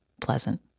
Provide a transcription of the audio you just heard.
pleasant